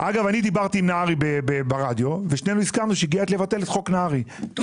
דיברתי עם נהרי ברדיו ושנינו הסכמנו שהגיע העת לבטל את חוק נהרי כי